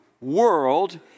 world